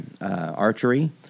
archery